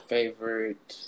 favorite